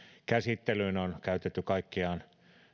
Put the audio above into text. käsittelyyn on käytetty aikaa kaikkiaan